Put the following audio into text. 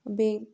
بیٚیہِ